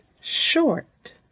short